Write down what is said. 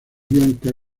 bianca